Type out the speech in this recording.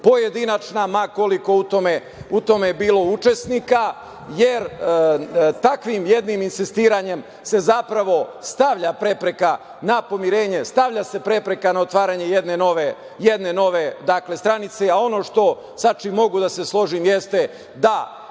pojedinačna, ma koliko u tome bilo učesnika. Jer, takvim jednim insistiranjem se zapravo stavlja prepreka na pomirenje, stavlja se prepreka na otvaranje jedne nove stranice. Ono sa čim mogu da se složim jeste da